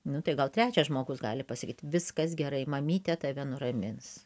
nu tai gal trečias žmogus gali pasakyt viskas gerai mamytė tave nuramins